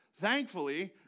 Thankfully